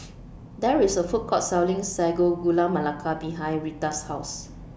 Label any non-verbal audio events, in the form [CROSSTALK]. [NOISE] There IS A Food Court Selling Sago Gula Melaka behind Rheta's House